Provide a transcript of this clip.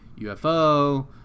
UFO